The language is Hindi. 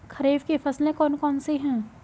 खरीफ की फसलें कौन कौन सी हैं?